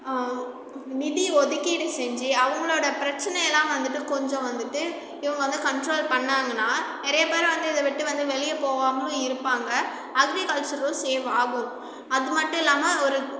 நிதி ஒதுக்கீடு செஞ்சு அவங்களோட பிரச்சனையெல்லாம் வந்துவிட்டு கொஞ்சம் வந்துவிட்டு இவங்க வந்து கண்ட்ரோல் பண்ணாங்கன்னா நிறைய பேர் வந்து இதை விட்டு வந்து வெளியே போவாமலும் இருப்பாங்க அக்ரிகல்ச்சரும் சேவ் ஆகும் அது மட்டும் இல்லாமல் ஒரு